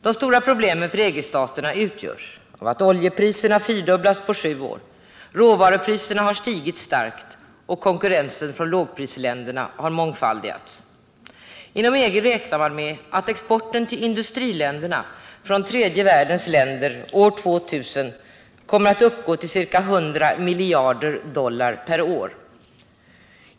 De stora problemen för EG-staterna utgörs av att oljepriserna har fyrdubblats på sju år, att råvarupriserna har stigit starkt och att konkurrensen från lågprisländerna har mångfaldigats. Inom EG räknar man med att exporten till industriländerna från tredje världens länder år 2000 kommer att uppgå till ca 100 miljarder dollar per år.